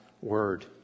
word